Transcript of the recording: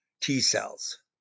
T-cells